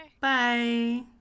Bye